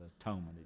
atonement